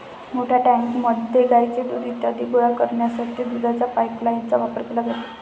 मोठ्या टँकमध्ये गाईचे दूध इत्यादी गोळा करण्यासाठी दुधाच्या पाइपलाइनचा वापर केला जातो